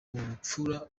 ubupfura